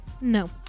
no